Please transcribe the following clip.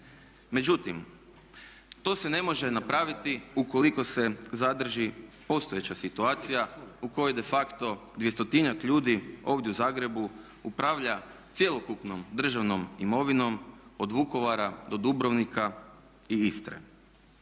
Međutim, to se ne može napraviti ukoliko se zadrži postojeća situacija u kojoj de facto 200-njak ljudi ovdje u Zagrebu upravlja cjelokupnom državnom imovinom od Vukovara do Dubrovnika i Istre.